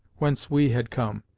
whence we had come,